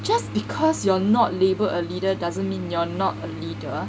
just because you're not labelled a leader doesn't mean you're not a leader